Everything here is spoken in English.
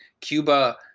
Cuba